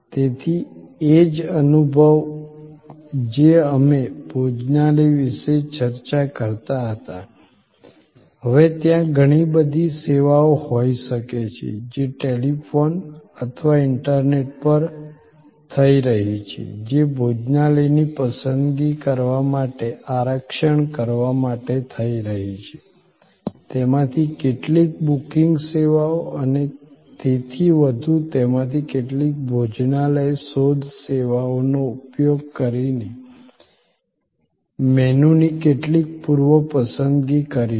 તેથી એ જ અનુભવ જે અમે સંદર્ભ સમય 2002 ભોજનાલય વિશે ચર્ચા કરતા હતા હવે ત્યાં ઘણી બધી સેવાઓ હોઈ શકે છે જે ટેલિફોન અથવા ઇન્ટરનેટ પર થઈ રહી છે જે ભોજનાલયની પસંદગી કરવા માટે આરક્ષણ કરવા માટે થઈ રહી છેતેમાંથી કેટલીક બુકિંગ સેવાઓ અને તેથી વધુ તેમાંથી કેટલીક ભોજનાલય શોધ સેવાઓનો ઉપયોગ કરીને મેનુની કેટલીક પૂર્વ પસંદગી કરી છે